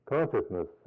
Consciousness